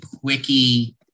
Quickie